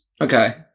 Okay